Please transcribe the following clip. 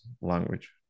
language